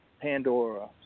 Pandora